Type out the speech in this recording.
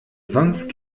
sonst